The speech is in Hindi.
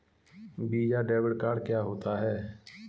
वीज़ा डेबिट कार्ड क्या होता है?